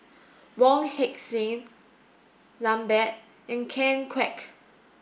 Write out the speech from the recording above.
Wong Heck Sing Lambert and Ken Kwek